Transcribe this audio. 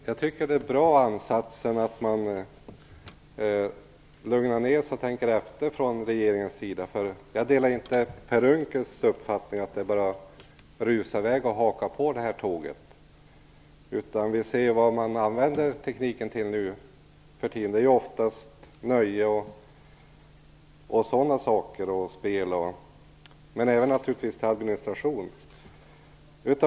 Fru talman! Jag tycker det är en bra ansats att regeringen lugnar ned sig och tänker efter. Jag delar inte Per Unckels uppfattning att det bara är att rusa i väg och haka på det här tåget. Vi ser ju vad man använder tekniken till nu för tiden. Det är oftast till nöje och spel och sådana saker, men även naturligtvis till administration.